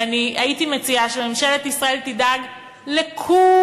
ואני הייתי מציעה שממשלת ישראל תדאג לכו-לם,